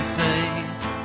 face